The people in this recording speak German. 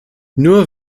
nur